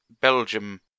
Belgium